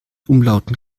umlauten